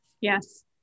Yes